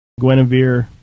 Guinevere